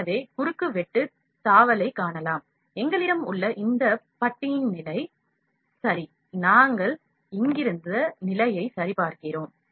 எனவே குறுக்கு வெட்டு தாவலைக் காணலாம் எங்களிடம் உள்ள இந்த பட்டியின் நிலை சரி நாங்கள் இங்கிருந்து நிலையை சரிபார்க்கிறோம்